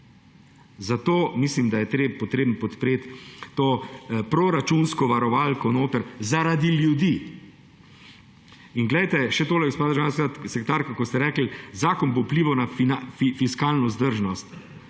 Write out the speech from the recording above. Zato mislim, da je treba podpreti to proračunsko varovalko notri zaradi ljudi. In še tole, gospa državna sekretarka, ko ste rekli, zakon bo vplival na fiskalno vzdržnost.